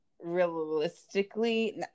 realistically